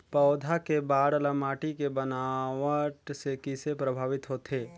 पौधा के बाढ़ ल माटी के बनावट से किसे प्रभावित होथे?